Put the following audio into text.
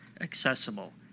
accessible